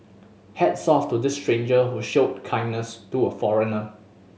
hats off to this stranger who showed kindness to a foreigner